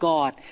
God